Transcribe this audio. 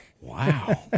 wow